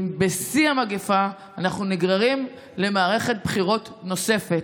בשיא המגפה, אנחנו נגררים למערכת בחירות נוספת,